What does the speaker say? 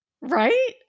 Right